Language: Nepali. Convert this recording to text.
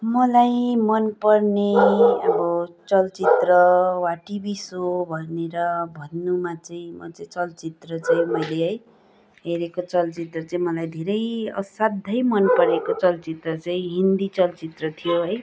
मलाई मनपर्ने अब चलचित्र वा टिभी सो भनेर भन्नुमा चाहिँ म चाहिँ चलचित्र चाहिँ मैले हेरेको चलचित्र चाहिँ मलाई धेरै असाध्यै मन परेको चाहिँ हिन्दी चलचित्र थियो है